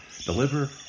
deliver